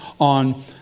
on